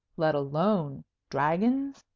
let alone dragons?